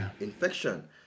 infection